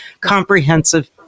comprehensive